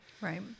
Right